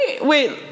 wait